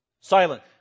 Silent